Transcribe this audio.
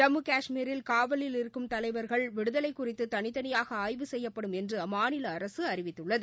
ஜம்மு கஷ்மீரில் காவலில் இருக்கும் தலைவர்கள் விடுதலை குறித்து தனித்தனியாக ஆய்வு செய்யப்படும் என்று அம்மாநில அரசு அறிவித்துள்ளது